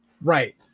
right